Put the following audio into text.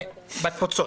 בתפוצות.